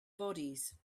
bodies